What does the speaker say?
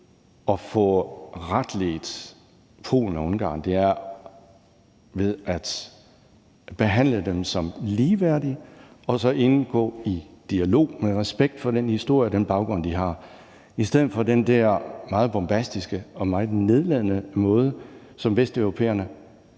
at få retledt Polen og Ungarn er ved at behandle dem som ligeværdige og så indgå i dialog med respekt for den historie og den baggrund, de har, i stedet for den der meget bombastiske og meget nedladende måde, som vesteuropæerne